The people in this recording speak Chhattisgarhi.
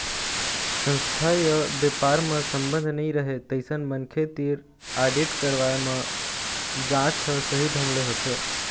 संस्था य बेपार म संबंध नइ रहय तइसन मनखे तीर आडिट करवाए म जांच ह सही ढंग ले होथे